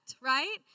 right